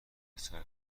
پسر